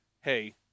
hey